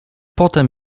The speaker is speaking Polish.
potem